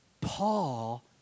Paul